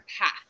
path